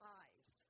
eyes